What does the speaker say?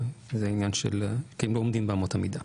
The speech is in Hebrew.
כי הם לא עומדים באמות המידה.